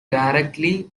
directly